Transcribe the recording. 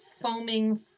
foaming